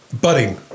budding